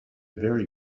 very